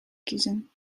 kiezen